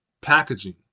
packaging